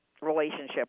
relationship